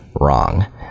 wrong